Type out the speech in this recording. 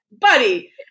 buddy